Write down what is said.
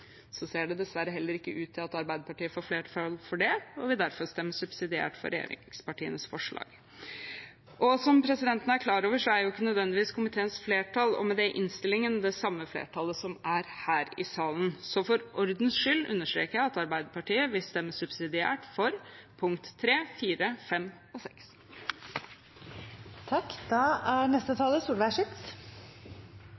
Så ser det dessverre ut til at Arbeiderpartiet heller ikke får flertall for dette, og vi vil derfor stemme subsidiært for regjeringspartienes forslag. Som presidenten er klar over, er ikke nødvendigvis komiteens flertall, og med det innstillingen, det samme flertallet som er her i salen. For ordens skyld understreker jeg at Arbeiderpartiet vil stemme subsidiært for punktene nr. 3, 4, 5 og